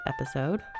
episode